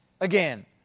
again